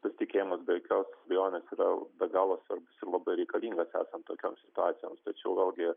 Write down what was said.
pasitikėjimas be jokios abejonės yra be galo svarbus ir labai reikalingas esant tokioms situacijoms tačiau vėlgi